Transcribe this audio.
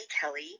Kelly